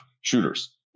shooters